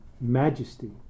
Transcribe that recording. majesty